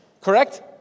Correct